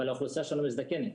אבל האוכלוסייה שלנו מזדקנת.